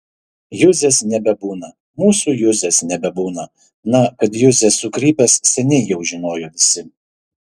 juzės nebebūna mūsų juzės nebebūna na kad juzė sukrypęs seniai jau žinojo visi